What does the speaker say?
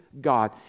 God